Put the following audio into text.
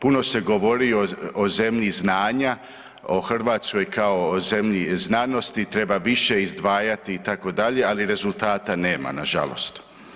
Puno se govori o zemlji znanja, o Hrvatskoj kao zemlji znanosti, treba više izdvajati, itd., ali rezultata nema nažalost.